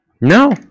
no